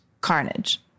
carnage